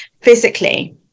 physically